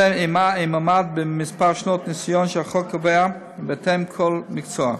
אלא אם עמד במספר שנות הניסיון שהחוק קובע בהתאם לכל מקצוע.